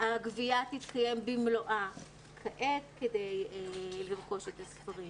הגבייה תתקיים במלואה כעת, כדי לרכוש בזה ספרים.